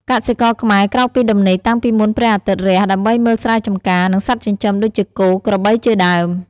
កសិករខ្មែរក្រោកពីដំណេកតាំងពីមុនព្រះអាទិត្យរះ ដើម្បីមើលស្រែចម្ការ និងសត្វចិញ្ចឹមដូចជាគោ ក្របីជាដើម។